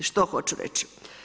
Što hoću reći?